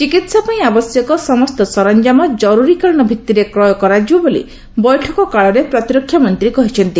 ଚିକିତ୍ସା ପାଇଁ ଆବଶ୍ୟକ ସମସ୍ତ ସରଞ୍ଜାମ କର୍ରରୀକାଳୀନ ଭିଭିରେ କ୍ୟ କରାଯିବ ବୋଲି ବୈଠକ କାଳରେ ପ୍ରତିରକ୍ଷା ମନ୍ତ୍ରୀ କହିଚ୍ଚନ୍ତି